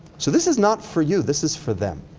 so, this is not for you. this is for them.